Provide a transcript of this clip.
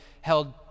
held